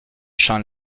champ